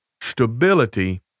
stability